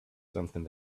something